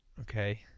Okay